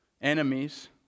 enemies